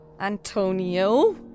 Antonio